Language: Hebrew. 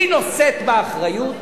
היא נושאת באחריות,